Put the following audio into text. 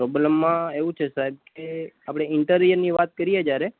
પ્રોબ્લેમમાં એવું છે સાહેબ કે આપણે ઇન્ટિરિયરની વાત કરીએ જયારે